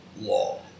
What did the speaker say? law